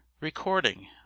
Recording